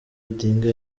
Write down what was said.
odinga